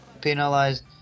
penalized